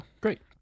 great